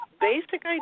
basic